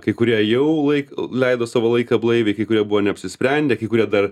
kai kurie jau laik leido savo laiką blaiviai kai kurie buvo neapsisprendę kai kurie dar